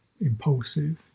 impulsive